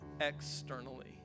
externally